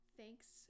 thanks